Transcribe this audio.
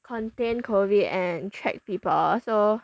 contain COVID and track people so